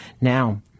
Now